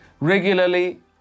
regularly